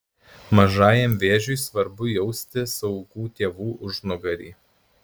mažajam vėžiui svarbu jausti saugų tėvų užnugarį